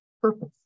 purpose